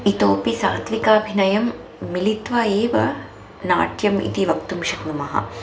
इतोपि सात्विकाभिनयं मिलित्वा एव नाट्यम् इति वक्तुं शक्नुमः